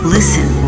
Listen